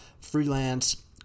freelance